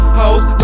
hoes